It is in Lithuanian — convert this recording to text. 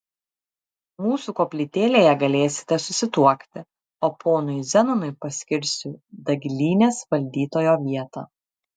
mūsų koplytėlėje galėsite susituokti o ponui zenonui paskirsiu dagilynės valdytojo vietą